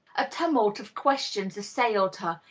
a tumult of questions assailed her,